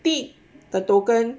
the token